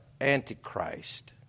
Antichrist